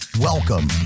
Welcome